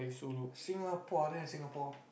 Singaporean Singapore